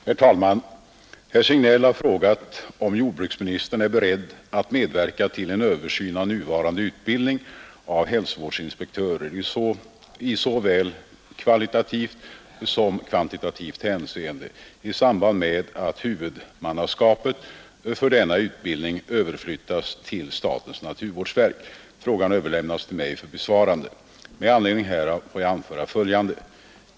Herr talman! Herr Signell har frågat om jordbruksministern är beredd att medverka till en översyn av nuvarande utbildning av hälsovårdsinspektörer — i såväl kvalitativt som kvantitativt hänseende — i samband med att huvudmannaskapet för denna utbildning överflyttas till statens naturvårdsverk. Frågan har överlämnats till mig för besvarande. Med anledning härav får jag anföra följande.